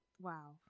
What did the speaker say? wow